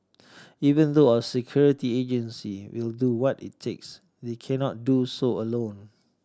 even though our security agencies will do what it takes they cannot do so alone